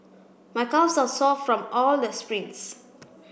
my calves are sore from all the sprints